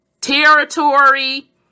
territory